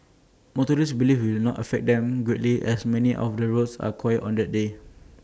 motorists believe IT will not affect them greatly as many of the roads are quiet on that day